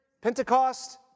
Pentecost